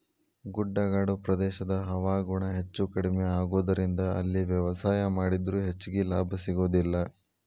ಗುಡ್ಡಗಾಡು ಪ್ರದೇಶದ ಹವಾಗುಣ ಹೆಚ್ಚುಕಡಿಮಿ ಆಗೋದರಿಂದ ಅಲ್ಲಿ ವ್ಯವಸಾಯ ಮಾಡಿದ್ರು ಹೆಚ್ಚಗಿ ಲಾಭ ಸಿಗೋದಿಲ್ಲ